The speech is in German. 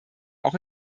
auch